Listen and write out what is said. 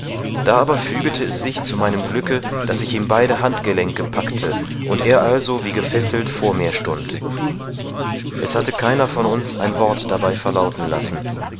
da aber fügete es sich zu meinem glücke daß ich ihm beide handgelenke packte und er also wie gefesselt vor mir stund es hatte keiner von uns ein wort dabei verlauten lassen